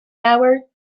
hour